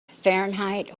fahrenheit